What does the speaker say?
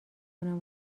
کنم